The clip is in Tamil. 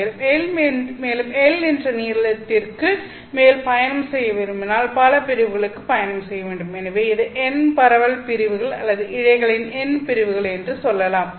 மேலும் L என்ற நீளத்திற்கு மேல் பயணம் செய்ய விரும்பினால் பல பிரிவுகளுக்கு பயணம் செய்ய வேண்டும் எனவே இதை N பரவல் பிரிவுகள் அல்லது இழைகளின் N பிரிவுகள் என்று சொல்லலாம்